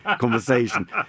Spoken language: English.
conversation